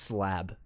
Slab